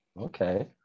Okay